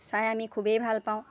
চাই আমি খুবেই ভাল পাওঁ